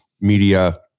media